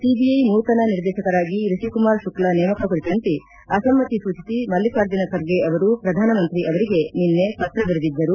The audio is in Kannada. ಸಿಬಿಐ ನೂತನ ನಿರ್ದೇಶಕರಾಗಿ ರಿಷಿ ಕುಮಾರ್ ಶುಕ್ಲಾ ನೇಮಕ ಕುರಿತಂತೆ ಅಸಮ್ಮತಿ ಸೂಚಿಸಿ ಮಲ್ಲಿಕಾರ್ಜುನ ಖರ್ಗೆ ಅವರು ಪ್ರಧಾನಮಂತ್ರಿ ಅವರಿಗೆ ನಿನ್ನೆ ಪತ್ರ ಬರೆದಿದ್ದರು